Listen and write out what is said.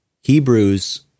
Hebrews